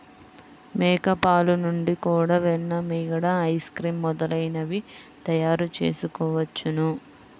మేక పాలు నుండి కూడా వెన్న, మీగడ, ఐస్ క్రీమ్ మొదలైనవి తయారుచేయవచ్చును